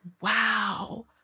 wow